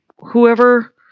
whoever